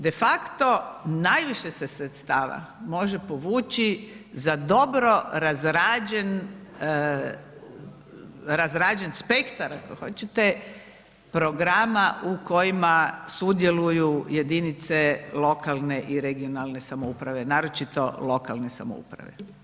De facto najviše se sredstava može povući za dobro razrađen spektar ako hoćete programa u kojima sudjeluju jedinice lokalne i regionalne samouprave, naročito lokalne samouprave.